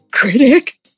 Critic